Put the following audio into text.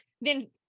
then-